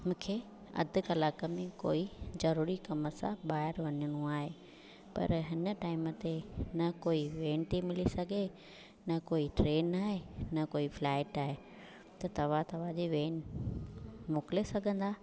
मूंखे अधु कलाक में कोई ज़रूरी कमु सां ॿाहिरि वञिणो आहे पर हिन टाइम ते न कोई वेन थी मिली सघे न कोई ट्रेन आहे न कोई फ्लाइट आहे त तव्हां तव्हांजी वेन मोकिले सघंदा